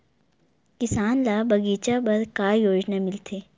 किसान ल बगीचा बर का योजना मिलथे?